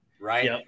right